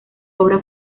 obra